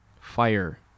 Fire